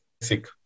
basic